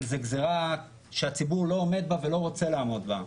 זאת גזירה שהציבור לא עומד בה ולא רוצה לעמוד בה.